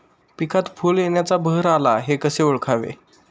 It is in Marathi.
पिकात फूल येण्याचा बहर आला हे कसे ओळखावे?